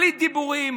בלי דיבורים,